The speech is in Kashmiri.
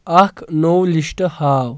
اکھ نوٚو لشٹ ہاو